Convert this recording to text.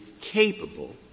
capable